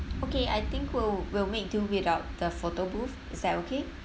okay I think we'll we'll make do without the photo booth is that okay